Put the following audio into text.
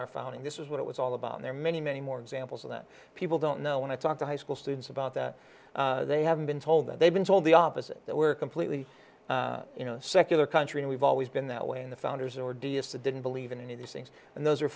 our founding this is what it was all about and there are many many more examples of that people don't know when i talk to high school students about that they have been told that they've been told the opposite that we're completely secular country and we've always been that way in the founders or d s that didn't believe in any of these things and those are